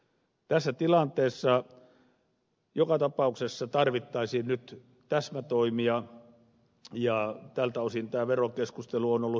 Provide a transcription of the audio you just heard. tässä tilanteessa joka tapauksessa tarvittaisiin nyt täsmätoimia ja tältä osin tämä verokeskustelu on ollut hyvää